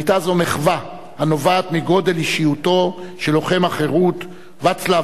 היתה זו מחווה הנובעת מגודל אישיותו של לוחם החירות ואצלב